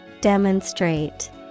Demonstrate